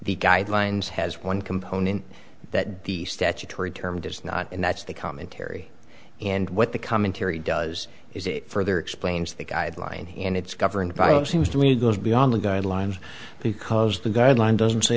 the guidelines has one component that the statutory term does not and that's the commentary and what the commentary does is it further explains the guideline and it's governed by it seems to me goes beyond the guidelines because the guideline doesn't say